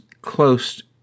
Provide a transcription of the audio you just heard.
close